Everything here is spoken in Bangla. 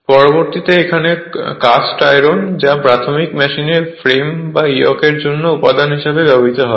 পরবর্তীতে এখানে কাস্ট আয়রন যা প্রাথমিক মেশিনে ফ্রেম বা ইয়কের জন্য উপাদান হিসাবে ব্যবহৃত হত